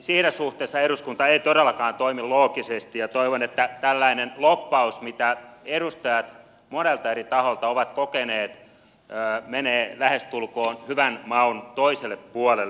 siinä suhteessa eduskunta ei todellakaan toimi loogisesti ja tällainen lobbaus mitä edustajat monelta eri taholta ovat kokeneet menee lähestulkoon hyvän maun toiselle puolelle